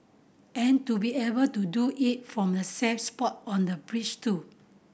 and to be able to do it from a safe spot on a bridge too